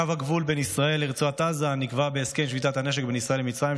קו הגבול בין ישראל לרצועת עזה נקבע בהסכם שביתת הנשק בין ישראל למצרים,